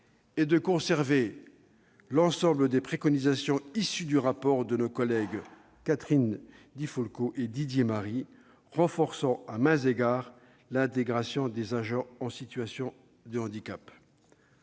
et de conserver l'ensemble des préconisations du rapport de nos collègues Catherine Di Folco et Didier Marie, lesquelles visent à maints égards à renforcer l'intégration des agents en situation de handicap.